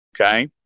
okay